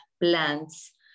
plants